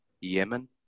Yemen